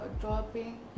dropping